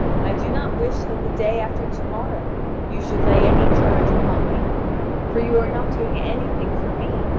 i do not wish that the day after to-morrow you should lay any charge upon me for you are not doing anything for me,